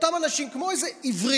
אותם אנשים, כמו איזה עיוורים,